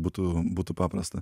būtų būtų paprasta